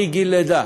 מגיל לידה